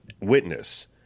witness